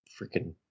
freaking